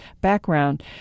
background